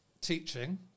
teaching